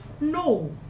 No